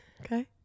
Okay